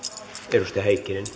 arvoisa